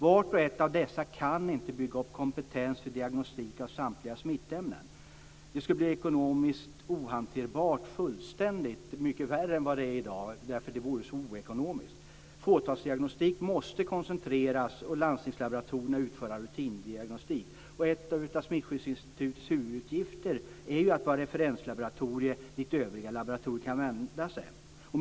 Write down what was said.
Vart och ett av dessa kan inte bygga upp kompetens för diagnostik av samtliga smittämnen. Det skulle bli fullständigt ohanterbart ekonomiskt och det skulle bli mycket värre än det är i dag därför att det vore så oekonomiskt. Fåtalsdiagnostik måste koncentreras och landstingslaboratorierna måste utföra rutindiagnostiken. En av Smittskyddsinstitutets huvuduppgifter är att vara ett referenslaboratorium dit övriga laboratorier kan vända sig.